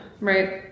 right